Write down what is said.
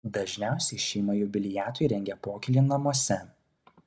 dažniausiai šeima jubiliatui rengia pokylį namuose